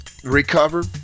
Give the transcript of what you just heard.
recover